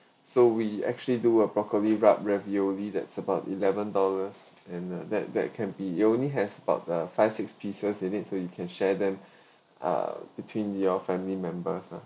so we actually do a broccoli rub ravioli that's about eleven dollars and uh that that can be we only have about uh five six pieces with it so you can share them ah between your family members lah